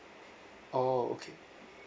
oh okay